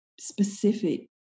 specific